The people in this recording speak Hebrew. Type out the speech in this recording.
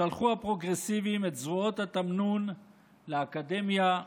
שלחו הפרוגרסיבים את זרועות התמנון לאקדמיה,